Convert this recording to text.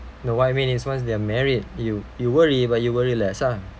no what I mean is once they're married you you worry but you worry less ah